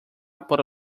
por